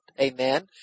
amen